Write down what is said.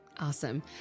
Awesome